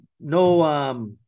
no